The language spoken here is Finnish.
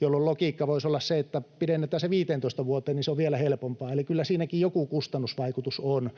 jolloin logiikka voisi olla se, että kun pidennetään se 15 vuoteen, niin se on vielä helpompaa. Eli kyllä siinäkin joku kustannusvaikutus on.